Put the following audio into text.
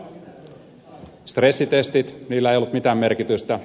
stressitesteillä ei ollut mitään merkitystä